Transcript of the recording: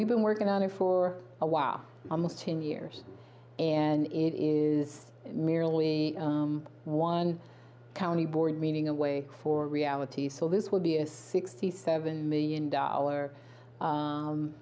we've been working on it for a while almost ten years and it is merely one county board meeting away for reality so this will be a sixty seven million dollar